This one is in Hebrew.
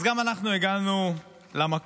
אז גם אנחנו הגענו למכולת